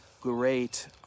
great